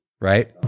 right